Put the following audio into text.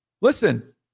listen